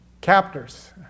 captors